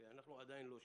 אנחנו עדיין לא שם.